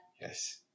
yes